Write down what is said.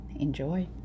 Enjoy